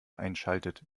einschaltet